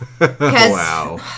Wow